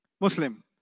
Muslim